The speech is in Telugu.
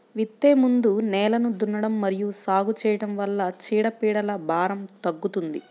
విత్తే ముందు నేలను దున్నడం మరియు సాగు చేయడం వల్ల చీడపీడల భారం తగ్గుతుందా?